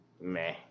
meh